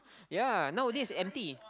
yea nowadays empty